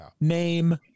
name